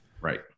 Right